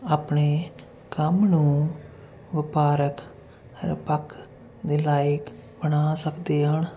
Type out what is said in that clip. ਆਪਣੇ ਕੰਮ ਨੂੰ ਵਪਾਰਕ ਰਪਕ ਦੇ ਲਾਇਕ ਬਣਾ ਸਕਦੇ ਹਨ